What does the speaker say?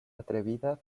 atrevida